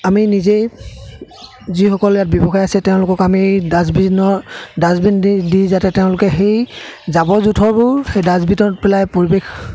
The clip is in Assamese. আমি নিজেই যিসকল ইয়াত ব্যৱসায় আছে তেওঁলোকক আমি ডাষ্টবিনৰ ডাষ্টবিন দি দি যাতে তেওঁলোকে সেই জাবৰ জোঁথৰবোৰ সেই ডাষ্টবিনত পেলাই পৰিৱেশ